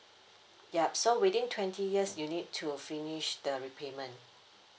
yup so within twenty years you need to finish the repayment